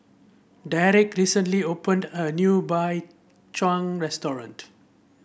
Deric recently opened a new Chang restaurant